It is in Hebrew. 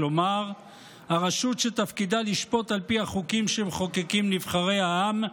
כלומר הרשות שתפקידה לשפוט על פי החוקים שמחוקקים נבחרי העם,